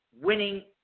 winning